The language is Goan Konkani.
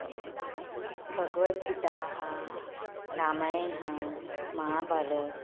भगवत गीता आसा रामायण आसा महाभारत